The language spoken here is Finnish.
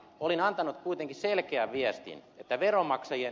olin antanut kuitenkin selkeän viestin ed